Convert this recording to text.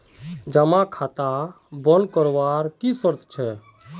जमा खाता बन करवार की शर्त छे?